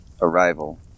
Arrival